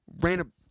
random